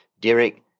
Derek